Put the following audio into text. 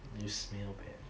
you smell bad